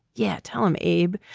yeah, tell him, abe,